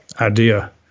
idea